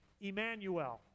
Emmanuel